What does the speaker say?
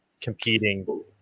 Competing